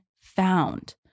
found